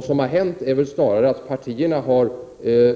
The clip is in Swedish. Vad som har hänt är snarare att partierna har Fn